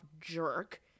jerk